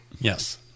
Yes